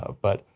ah but,